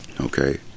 Okay